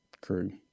crew